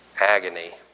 agony